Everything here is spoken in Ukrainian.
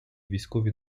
військові